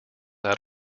out